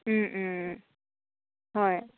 হয়